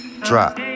drop